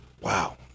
Wow